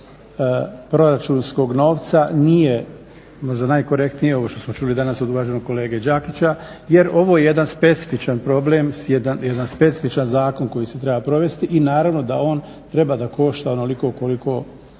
proračunskog novca nije možda najkorektnije, ovo što smo čuli danas od uvaženog kolege Đakića, jer ovo je jedan specifičan problem, jedan specifičan zakon koji se treba provesti i naravno da on treba da košta onoliko koliko košta.